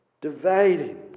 dividing